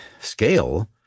scale